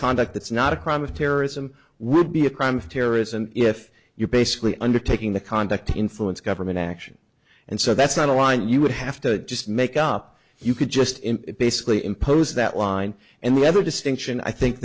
conduct that's not a crime of terrorism would be a crime for terrorism if you're basically undertaking the conduct to influence government action and so that's not a line you would have to just make up you could just basically impose that line and whatever distinction i